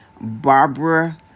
Barbara